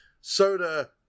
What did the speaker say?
soda